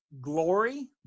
Glory